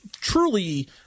truly